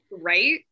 Right